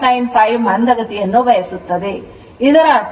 95 ಮಂದಗತಿಯನ್ನು ಬಯಸುತ್ತದೆ